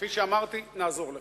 כפי שאמרתי, נעזור לך.